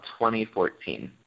2014